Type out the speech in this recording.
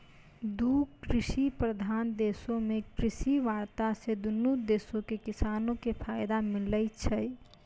दु कृषि प्रधान देशो मे कृषि वार्ता से दुनू देशो के किसानो के फायदा मिलै छै